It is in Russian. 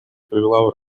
привела